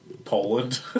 Poland